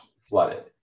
flooded